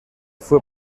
fue